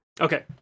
Okay